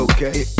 Okay